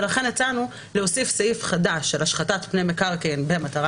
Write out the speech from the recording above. לכן הצענו להוסיף סעיף חדש של השחתת פני מקרקעין במטרה